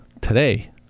today